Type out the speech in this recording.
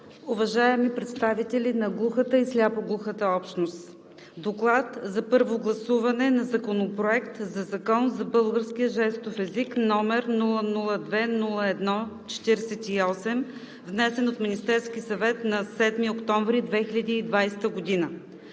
уважаеми представители на глухата и сляпо-глухата общност! „ДОКЛАД за първо гласуване на Законопроект за българския жестов език, № 002-01-48, внесен от Министерския съвет на 7 октомври 2020 г.